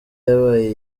yabaye